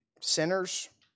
Sinners